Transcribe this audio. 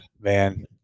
man